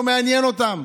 זה לא מעניין אותם.